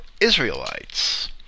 Israelites